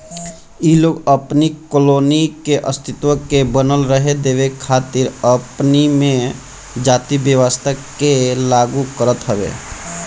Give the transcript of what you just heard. इ लोग अपनी कॉलोनी के अस्तित्व के बनल रहे देवे खातिर अपनी में जाति व्यवस्था के लागू करत हवे